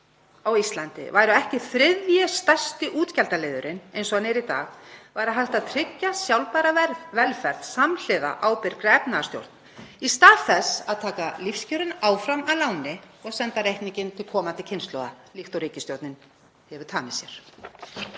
á Íslandi væru ekki þriðji stærsti útgjaldaliðurinn, eins og þau eru í dag, væri hægt að tryggja sjálfbæra velferð samhliða ábyrgri efnahagsstjórn í stað þess að taka lífskjörin áfram að láni og senda reikninginn til komandi kynslóða líkt og ríkisstjórnin hefur tamið sér.